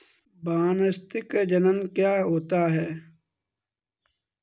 वानस्पतिक जनन क्या होता है?